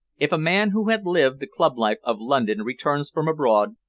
if a man who had lived the club life of london returns from abroad,